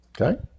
okay